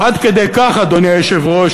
עד כדי כך, אדוני היושב-ראש,